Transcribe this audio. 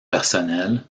personnels